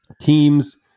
teams